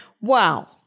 Wow